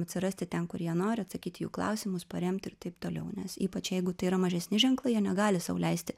atsirasti ten kur jie nori atsakyti į jų klausimus paremti ir taip toliau nes ypač jeigu tai yra mažesni ženklai jie negali sau leisti